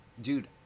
Dude